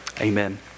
amen